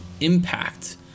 impact